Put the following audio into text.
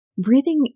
Breathing